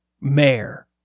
mayor